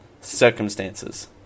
circumstances